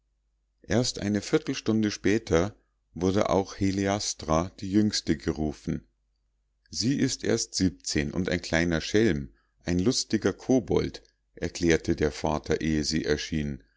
erst eine viertelstunde später wurde auch heliastra die jüngste gerufen sie ist erst siebzehn und ein kleiner schelm ein lustiger kobold erklärte der vater ehe sie erschien